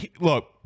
Look